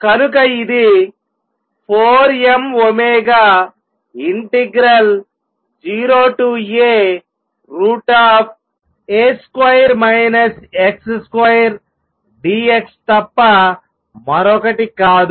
కనుక ఇది 4m0A√dx తప్ప మరొకటి కాదు